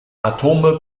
atome